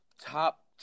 top